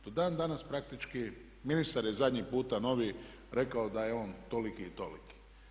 Do dan danas praktički ministar je zadnji puta novi rekao da je on tolik i toliki.